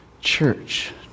church